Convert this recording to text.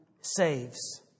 saves